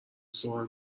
سوال